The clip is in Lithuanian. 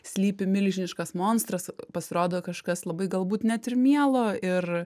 slypi milžiniškas monstras pasirodo kažkas labai galbūt net ir mielo ir